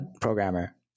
programmer